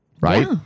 Right